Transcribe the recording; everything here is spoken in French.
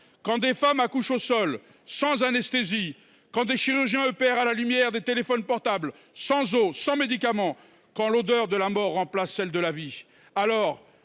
Quand des femmes accouchent au sol, sans anesthésie, quand des chirurgiens opèrent à la lumière des téléphones portables, sans eau, sans médicaments, quand l’odeur de la mort remplace celle de la vie, ce